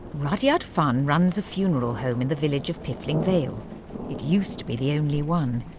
rudyard funn runs a funeral home in the village of piffling vale. it used to be the only one.